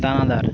দানাদার